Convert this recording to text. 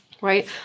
right